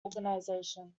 organisation